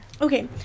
Okay